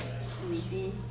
sleepy